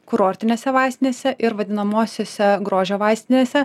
kurortinėse vaistinėse ir vadinamosiose grožio vaistinėse